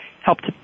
helped